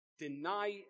deny